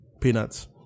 Peanuts